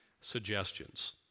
suggestions